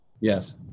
Yes